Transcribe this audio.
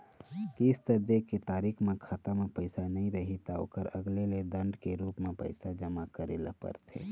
किस्त दे के तारीख म खाता म पइसा नइ रही त ओखर अलगे ले दंड के रूप म पइसा जमा करे ल परथे